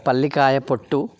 పల్లికాయ పొట్టు